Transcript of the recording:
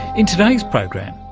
in today's program,